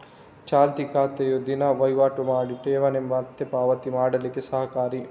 ಚಾಲ್ತಿ ಖಾತೆಯು ದಿನಾ ವೈವಾಟು ಮಾಡಿ ಠೇವಣಿ ಮತ್ತೆ ಪಾವತಿ ಮಾಡ್ಲಿಕ್ಕೆ ಸಹಕಾರಿ